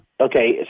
Okay